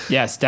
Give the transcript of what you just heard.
Yes